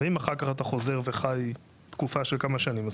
ואם אחר כך אתה חוזר וחי תקופה של כמה שנים,